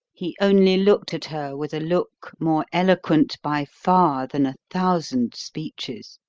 he only looked at her with a look more eloquent by far than a thousand speeches.